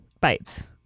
bites